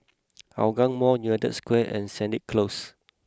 Hougang Mall United Square and Sennett Close